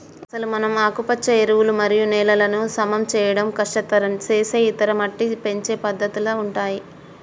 అసలు మనం ఆకుపచ్చ ఎరువులు మరియు నేలలను సమం చేయడం కష్టతరం సేసే ఇతర మట్టి పెంచే పద్దతుల ఉంటాయి